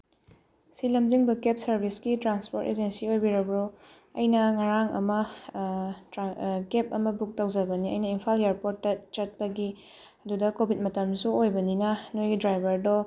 ꯁꯤ ꯂꯝꯖꯤꯡꯕ ꯀꯦꯕ ꯁꯔꯚꯤꯁꯀꯤ ꯇ꯭ꯔꯥꯟꯁꯄꯣꯔꯠ ꯑꯦꯖꯦꯟꯁꯤ ꯑꯣꯏꯕꯤꯔꯕ꯭ꯔꯣ ꯑꯩꯅ ꯉꯔꯥꯡ ꯑꯃ ꯀꯦꯕ ꯑꯃ ꯕꯨꯛ ꯇꯧꯖꯕꯅꯦ ꯑꯩꯅ ꯏꯝꯐꯥꯜ ꯑꯦꯌꯥꯔꯄꯣꯔꯠꯇ ꯆꯠꯄꯒꯤ ꯑꯗꯨꯗ ꯀꯣꯚꯤꯠ ꯃꯇꯝꯁꯨ ꯑꯣꯏꯕꯅꯤꯅ ꯅꯣꯏꯒꯤ ꯗ꯭ꯔꯥꯏꯚꯔꯗꯣ